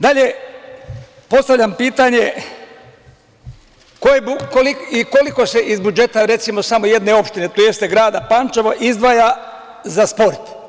Dalje postavljam pitanje - koliko se iz budžeta, recimo samo jedne opštine tj. grada Pančeva izdvaja za sport?